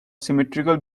symmetrical